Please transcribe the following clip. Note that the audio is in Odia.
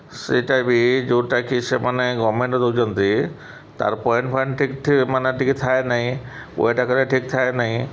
ସେଇଟା ବି ଯେଉଁଟାକି ସେମାନେ ଗମେଣ୍ଟ୍କୁ ଦେଉଛନ୍ତି ତା'ର ପଏଣ୍ଟ୍ ଫଏଣ୍ଟ୍ ଠିକ୍ ମାନେ ଟିକିଏ ଥାଏ ନାହିଁ ୱେଟ୍ ଆକାର ଠିକ୍ ଥାଏ ନାହିଁ